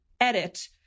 edit